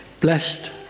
blessed